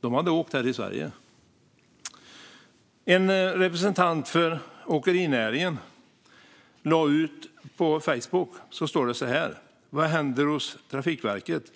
De hade åkt här i Sverige. En representant för åkerinäringen skriver så här på Facebook: Vad händer hos Trafikverket?